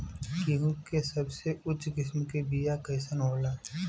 गेहूँ के सबसे उच्च किस्म के बीया कैसन होला?